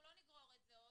אנחנו לא נגרור את זה,